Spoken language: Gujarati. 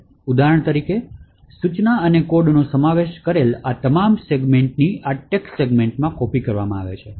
ઉદાહરણ તરીકે સૂચના અને કોડનો સમાવેશ કરેલા તમામ સેગમેન્ટની આ text સેગમેન્ટમાં કોપી કરવામાં આવી છે